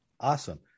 Awesome